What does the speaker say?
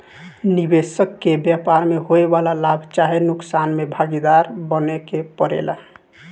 निबेसक के व्यापार में होए वाला लाभ चाहे नुकसान में भागीदार बने के परेला